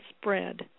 spread